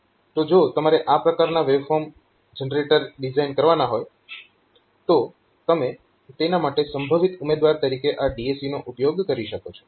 તો જો તમારે આ પ્રકારના વેવફોર્મ જનરેટર ડિઝાઇન કરવાના હોય તો તમે તેના માટે સંભવિત ઉમેદવાર તરીકે આ DAC નો ઉપયોગ કરી શકો છો